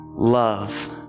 Love